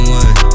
one